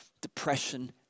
depression